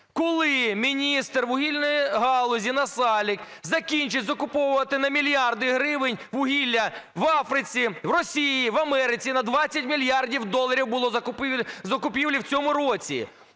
Коли міністр вугільної галузі Насалик закінчить закуповувати на мільярди гривень вугілля в Африці, в Росії, в Америці? На 20 мільярдів доларів було закупівлі в цьому році.